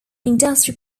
industry